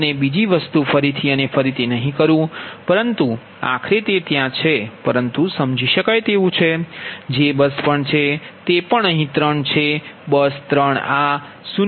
અને બીજી વસ્તુ ફરીથી અને ફરીથી નહીં કહુ પરંતુ આખરે તે ત્યાં છે પરંતુ સમજી શકાય તેવું છે j બસ પણ છે તે પણ અહીં 3 છે બસ 3 આ 0